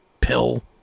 pill